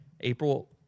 April